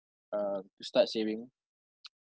um to start saving